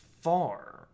far